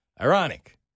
Ironic